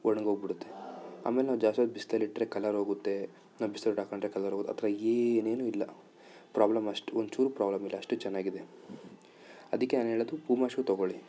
ಒಣಗೋಗಿ ಬಿಡುತ್ತೆ ಆಮೇಲೆ ನಾವು ಜಾಸ್ತಿ ಹೊತ್ತು ಬಿಸಿಲಲ್ಲಿಟ್ರೆ ಕಲರ್ ಹೋಗುತ್ತೆ ನಾನು ಬಿಸ್ಲಲ್ಲಿ ಹಾಕಂಡ್ರೆ ಕಲರ್ ಹೋಗುತ್ತೆ ಆ ಥರ ಏನೇನು ಇಲ್ಲ ಪ್ರಾಬ್ಲಮ್ ಅಷ್ಟು ಒಂಚೂರು ಪ್ರಾಬ್ಲಮ್ ಇಲ್ಲ ಅಷ್ಟು ಚೆನ್ನಾಗಿದೆ ಅದಕ್ಕೆ ನಾನು ಹೇಳೋದು ಪೂಮ ಶೂ ತಗೋಳ್ಳಿ